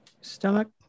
stomach